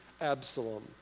Absalom